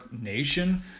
nation